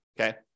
Okay